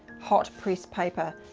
hot pressed paper.